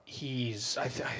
hes